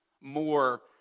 more